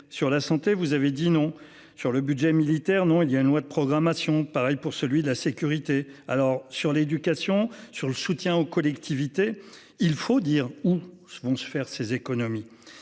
sur la santé. Vous avez dit non sur le budget militaire. Non il y a une loi de programmation pareil pour celui de la sécurité. Alors sur l'éducation sur le soutien aux collectivités, il faut dire où vont se faire ces économies.